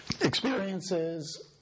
experiences